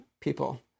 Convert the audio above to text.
people